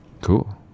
cool